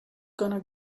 gonna